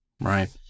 Right